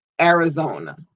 arizona